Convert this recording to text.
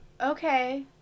Okay